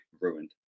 ruined